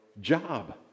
job